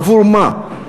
בעבור מה?